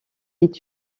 est